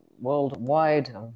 worldwide